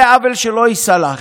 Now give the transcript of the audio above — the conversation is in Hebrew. זה עוול שלא ייסלח.